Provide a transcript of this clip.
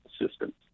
assistance